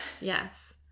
Yes